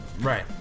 Right